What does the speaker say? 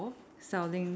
selling